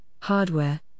hardware